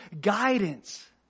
guidance